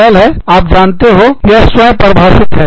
सरल है आप जानते हो यह स्वयं परिभाषित है